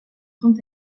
dont